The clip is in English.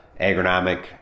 agronomic